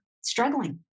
struggling